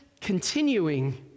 continuing